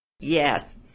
Yes